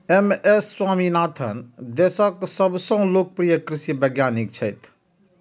M S Swaminathan देशक सबसं लोकप्रिय कृषि वैज्ञानिक छथि